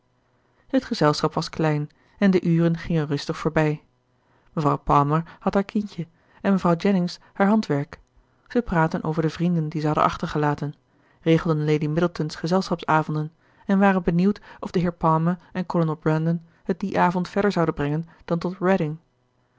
het gezelschap was klein en de uren gingen rustig voorbij mevrouw palmer had haar kindje en mevrouw jennings haar handwerk ze praatten over de vrienden die ze hadden achtergelaten regelden lady middleton's gezelschapsavonden en waren benieuwd of de heer palmer en kolonel brandon het dien avond verder zouden brengen